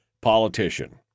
politician